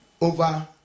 over